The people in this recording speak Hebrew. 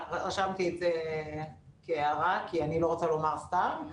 רשמתי את זה כהערה כי אני לא רוצה לומר סתם.